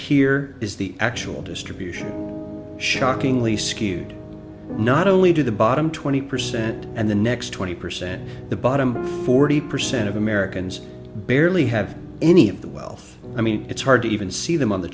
here is the actual distribution shockingly skewed not only do the bottom twenty percent and the next twenty percent the bottom forty percent of americans barely have any of the wealth i mean it's hard to even see them on the